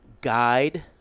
guide